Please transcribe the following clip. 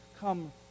come